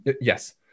Yes